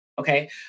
okay